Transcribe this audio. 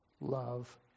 love